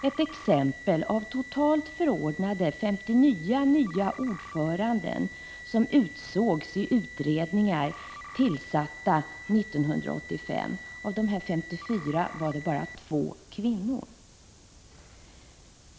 Ett exempel: Av totalt förordnade 54 nya ordförande som utsågs i utredningar tillsatta 1985 var bara 2 kvinnor.